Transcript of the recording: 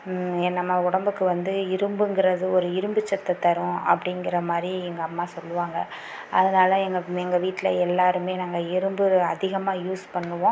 நம்ம உடம்புக்கு வந்து இரும்புங்கிறது ஒரு இரும்பு சத்தை தரும் அப்படிங்கிற மாதிரி எங்கள் அம்மா சொல்லுவாங்க அதனால் எங்கள் எங்கள் வீட்டில் எல்லாருமே நாங்கள் இரும்பு அதிகமாக யூஸ் பண்ணுவோம்